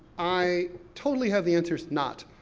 i totally have the answers, not,